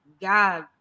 God